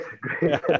great